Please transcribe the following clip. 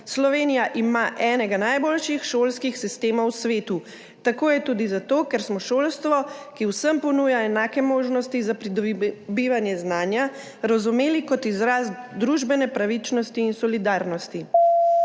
Slovenija ima enega najboljših šolskih sistemov na svetu. Tako je tudi zato, ker smo šolstvo, ki vsem ponuja enake možnosti za pridobivanje znanja, razumeli kot izraz družbene pravičnosti in solidarnosti.